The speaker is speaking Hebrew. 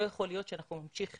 לא יכול להיות שאנחנו נמשיך,